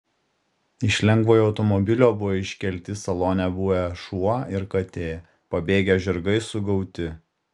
iš lengvojo automobilio buvo iškelti salone buvę šuo ir katė pabėgę žirgai sugauti